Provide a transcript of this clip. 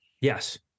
Yes